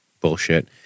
bullshit